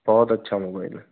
बहुत अच्छा मोबाईल है